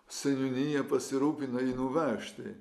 seniūnija pasirūpino jį nuvežti